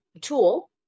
tool